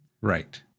Right